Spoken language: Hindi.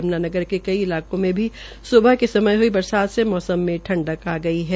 यमुनानगर के कई इलाकों में भी सुबह के समय हुई बरसात से मौसम में ठंडक आ गई है